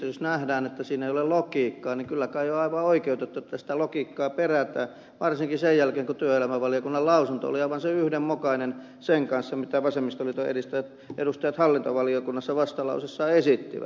jos nähdään että siinä ei ole logiikkaa niin kyllä kai on aivan oikeutettua että sitä logiikkaa perätään varsinkin sen jälkeen kun työelämävaliokunnan lausunto oli aivan yhdenmukainen sen kanssa mitä vasemmistoliiton edustajat hallintovaliokunnassa vastalauseessaan esittivät